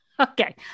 Okay